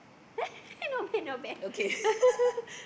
not bad not bad